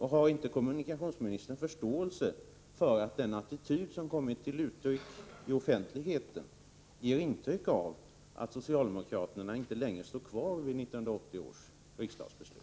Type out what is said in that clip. Har inte kommunikationsministern förståelse för att den attityd som visats offentligt ger intryck av att socialdemokraterna inte längre står kvar vid 1980 års riksdagsbeslut?